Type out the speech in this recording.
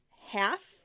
half